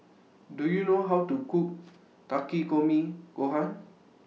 Do YOU know How to Cook Takikomi Gohan